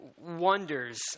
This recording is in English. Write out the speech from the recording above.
wonders